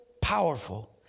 powerful